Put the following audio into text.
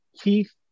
Keith